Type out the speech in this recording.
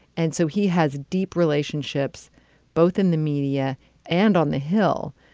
and so he has deep relationships both in the media and on the hill,